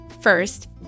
First